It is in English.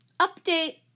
update